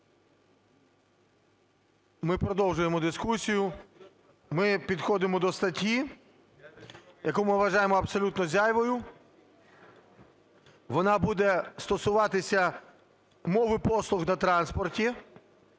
Ми продовжуємо дискусію. Ми підходимо до статті, яку ми вважаємо абсолютно зайвою. Вона буде стосуватися мови послуг на транспорті.